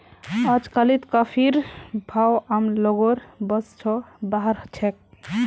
अजकालित कॉफीर भाव आम लोगेर बस स बाहर छेक